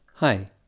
Hi